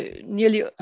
Nearly